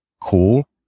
cool